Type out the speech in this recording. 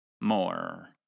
more